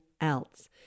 else